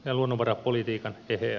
arvoisa puhemies